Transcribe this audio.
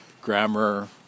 grammar